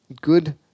Good